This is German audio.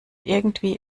irgendwie